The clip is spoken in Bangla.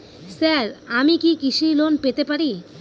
স্যার আমি কি কৃষি লোন পেতে পারি?